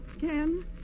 Ken